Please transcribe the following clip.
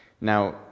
Now